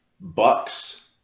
Bucks